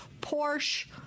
Porsche